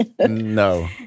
No